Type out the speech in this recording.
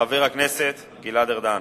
חבר הכנסת גלעד ארדן,